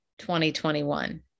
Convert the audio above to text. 2021